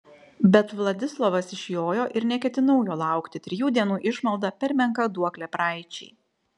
bet vladislovas išjojo ir neketinau jo laukti trijų dienų išmalda per menka duoklė praeičiai